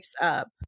up